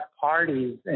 parties